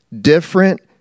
different